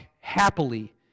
happily